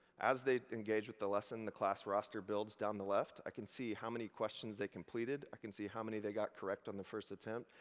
as they engage with the lesson, the class roster builds down the left. i can see how many questions they completed, i can see how many they got correct on the first attempt,